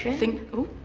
think, ooh!